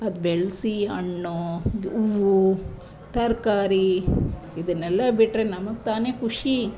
ಅದು ಬೆಳೆಸಿ ಹಣ್ಣು ಹೂವು ತರಕಾರಿ ಇದನ್ನೆಲ್ಲ ಬಿಟ್ಟರೆ ನಮಗೆ ತಾನೇ ಖುಷಿ